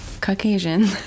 Caucasian